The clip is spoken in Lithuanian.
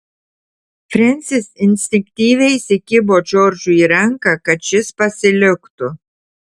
frensis instinktyviai įsikibo džordžui į ranką kad šis pasiliktų